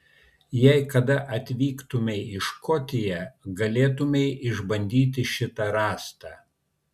jei kada atvyktumei į škotiją galėtumei išbandyti šitą rąstą